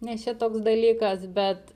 nes čia toks dalykas bet